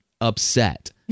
upset